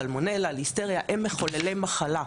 סלמונלה, ליסטריה הם מחוללי מחלה.